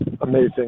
Amazing